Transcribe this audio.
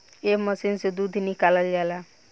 एह मशीन से दूध निकालल जाला